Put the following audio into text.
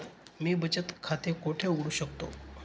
मी बचत खाते कोठे उघडू शकतो?